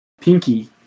Pinky